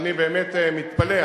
אני באמת מתפלא.